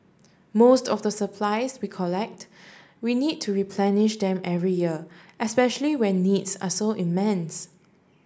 most of the supplies we collect we need to replenish them every year especially when needs are so immense